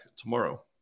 tomorrow